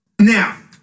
Now